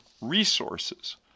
resources